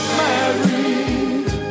married